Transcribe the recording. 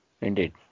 Indeed